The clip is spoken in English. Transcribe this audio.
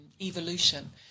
evolution